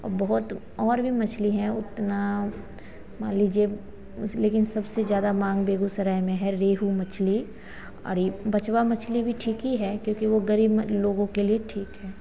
बहुत और भी मछली है उतना मान लीजिए लेकिन सबसे ज़्यादा माँग बेगूसराय में है रेहू मछली और यह बचवा मछली भी ठीक ही है क्योंकि वह गरीब लोगों कर लिए ठीक है